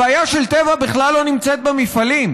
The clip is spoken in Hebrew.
הבעיה של טבע בכלל לא נמצאת במפעלים,